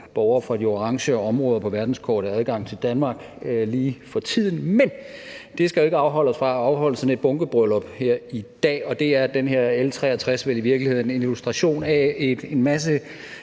borgere fra de orange områder på verdenskortet adgang til Danmark lige for tiden, men det skal jo ikke afholde os fra at afholde sådan et bunkebryllup her i dag, og det er det her L 63 vel i virkeligheden en illustration af, altså